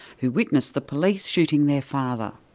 who witnessed the police shooting their father.